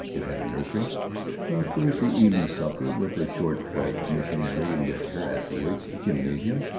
it had a nursery, a thursday evening supper with a short bright missionary lecture afterward, a gymnasium,